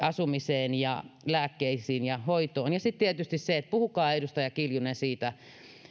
asumiseen ja lääkkeisiin ja hoitoon ja sitten tietysti se puhuikohan edustaja kiljunen